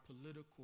political